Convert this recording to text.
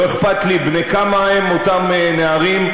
לא אכפת לי בני כמה הם אותם נערים,